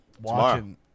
watching